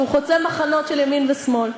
שהוא חוצה מחנות של ימין ושמאל.